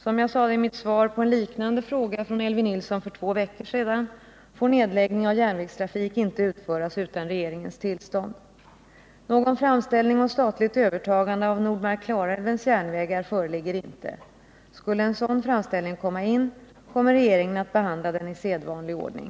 Som jag sade i mitt svar på en liknande fråga från Elvy Nilsson för två veckor sedan får nedläggning av järnvägstrafik inte göras utan regeringens tillstånd. Någon framställning om statligt övertagande av Nordmark-Klarälvens Järnvägar föreligger inte. Skulle en sådan framställning komma in, kommer regeringen att behandla den i sedvanlig ordning.